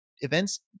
Events